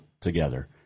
together